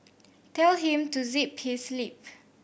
tell him to zip his lip